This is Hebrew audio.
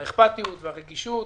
האכפתיות והרגישות,